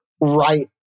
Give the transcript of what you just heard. right